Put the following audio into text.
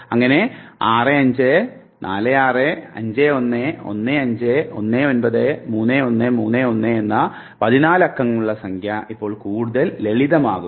അങ്ങനെ 6 5 4 6 5 1 1 5 1 9 3 1 3 1 എന്ന സംഖ്യ ഇപ്പോൾ കൂടുതൽ ലളിതമാകുന്നു